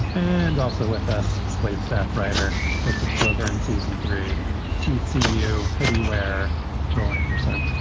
and also with us, slate staff writer, host of slow burn season three to see you, heidi, where joel anderson.